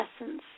essence